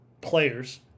players